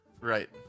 Right